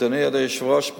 אדוני היושב-ראש,